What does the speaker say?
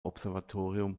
observatorium